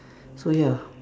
so ya